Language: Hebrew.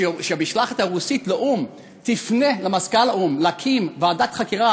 שהמשלחת הרוסית לאו"ם תפנה למזכ"ל האו"ם להקים ועדת חקירה